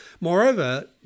Moreover